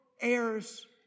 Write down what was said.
heirs